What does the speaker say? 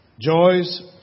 joys